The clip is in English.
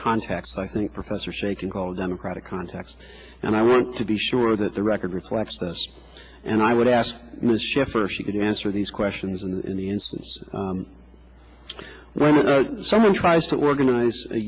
contacts i think professor shaking called democratic context and i want to be sure that the record reflects this and i would ask ms shaeffer she could answer these questions and in the instance when someone tries to organize a